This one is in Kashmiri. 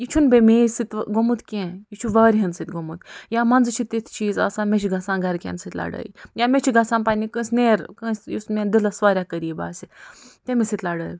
یہِ چھُنہٕ بیٚیہِ مےٚ سۭتۍ وۄنۍ گوٚمُت کیٚنٛہہ یہِ چھُ وارِیاہن سۭتۍ گوٚمُت یا منٛزٕ چھِ تِتھ چیٖز آسان مےٚ چھُ گَژھان گرِکٮ۪ن سۭتۍ لڑٲے یا مےٚ چھُ گَژھان پنٛنہِ کٲنٛسہِ نیر کٲنٛسہِ یُس مےٚ دِلس وارِیاہ قریٖب آسہِ تٔمِس سۭتۍ لڑٲے